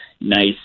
nice